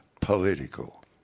political